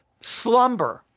slumber